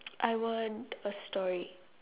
I want a story